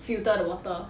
filter the water